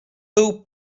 był